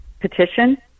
petition